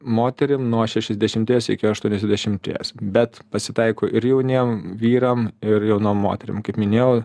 moterim nuo šešiasdešimties iki aštuoniasdešimties bet pasitaiko ir jauniem vyram ir jaunom moterim kaip minėjau